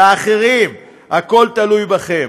לאחרים: הכול תלוי בכם.